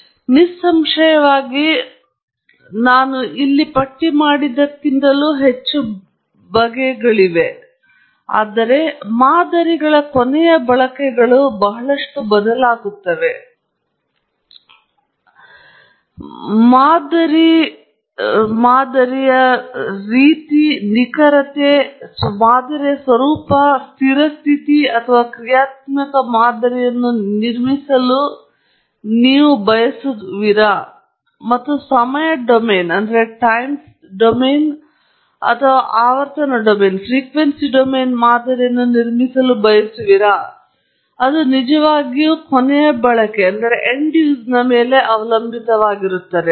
ಆದ್ದರಿಂದ ನಿಸ್ಸಂಶಯವಾಗಿ ಪಟ್ಟಿ ನಾನು ಇಲ್ಲಿ ನೀಡಿದ್ದಕ್ಕಿಂತ ಸ್ವಲ್ಪ ಹೆಚ್ಚು ಆದರೆ ಮಾದರಿಗಳ ಕೊನೆಯ ಬಳಕೆಗಳು ಬಹಳಷ್ಟು ಬದಲಾಗುತ್ತವೆ ಆದ್ದರಿಂದ ಮಾದರಿ ಮಾದರಿ ರೀತಿಯ ನಿಖರತೆ ಮಾದರಿಯ ಸ್ವರೂಪ ನೀವು ಸ್ಥಿರ ಸ್ಥಿತಿಯನ್ನು ಅಥವಾ ಕ್ರಿಯಾತ್ಮಕ ಮಾದರಿಯನ್ನು ನಿರ್ಮಿಸಲು ಬಯಸುವಿರಾ ಅಥವಾ ಸಮಯ ಡೊಮೇನ್ ಅಥವಾ ಆವರ್ತನ ಡೊಮೇನ್ ಮಾದರಿಯನ್ನು ನಿರ್ಮಿಸಲು ಬಯಸುವಿರಾ ಮತ್ತು ಅದು ನಿಜವಾಗಿಯೂ ಕೊನೆಯ ಬಳಕೆಯ ಮೇಲೆ ಅವಲಂಬಿತವಾಗಿರುತ್ತದೆ